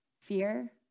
fear